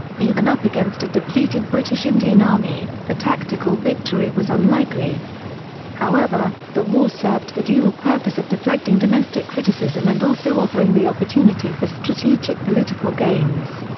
even up against a depleted british indian army, a tactical victory was unlikely however, the war served the dual purpose of deflecting domestic criticism and also offering the opportunity for strategic political gains.